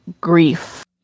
grief